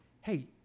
Hey